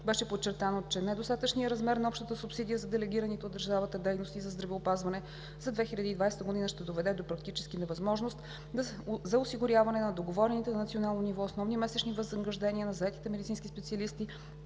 Беше подчертано, че недостатъчният размер на общата субсидия за делегираните от държавата дейности за здравеопазване за 2020 г. ще доведе до практическа невъзможност за осигуряване на договорените на национално ниво основни месечни възнаграждения на заетите медицински специалисти